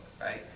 Right